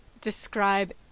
describe